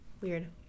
weird